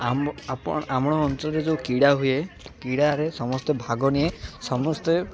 ଆମ ଆପଣ ଆପଣଙ୍କ ଅଞ୍ଚଳରେ ଯେଉଁ କ୍ରୀଡ଼ା ହୁଏ କ୍ରୀଡ଼ାରେ ସମସ୍ତେ ଭାଗ ନିଏ ସମସ୍ତେ